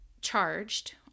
charged